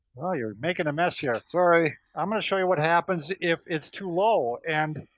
oh you're making a mess here. sorry. i'm gonna show you what happens if it's too low. and